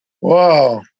Wow